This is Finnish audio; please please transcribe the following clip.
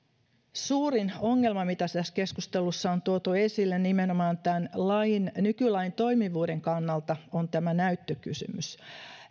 suurin ongelma mitä tässä keskustelussa on tuotu esille nimenomaan tämän nykylain toimivuuden kannalta on tämä näyttökysymys